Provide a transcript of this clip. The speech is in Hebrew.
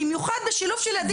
במיוחד בשילוב של ילדים עם תסמונת